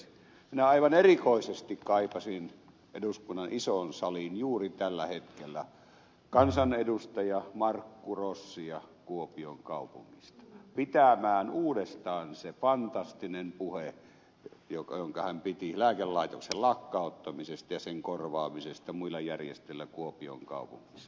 minä aivan erikoisesti kaipaisin eduskunnan isoon saliin juuri tällä hetkellä kansanedustaja markku rossia kuopion kaupungista pitämään uudestaan sen fantastisen puheen jonka hän piti lääkelaitoksen lakkauttamisesta ja sen korvaamisesta muilla järjestelyillä kuopion kaupungissa